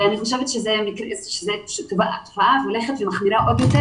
אני חושבת שהתופעה הולכת ומחמירה עוד יותר